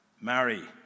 marry